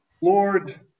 Lord